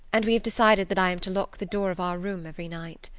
and we have decided that i am to lock the door of our room every night.